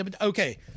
okay